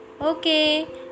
Okay